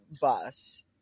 bus